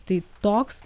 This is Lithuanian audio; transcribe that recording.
tai toks